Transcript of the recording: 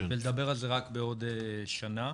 ולדבר על זה רק בעוד שנה.